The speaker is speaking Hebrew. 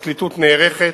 הפרקליטות נערכת.